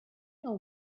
know